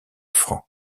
francs